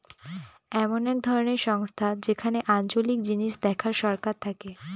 এমন এক ধরনের সংস্থা যেখানে আঞ্চলিক জিনিস দেখার সরকার থাকে